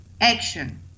action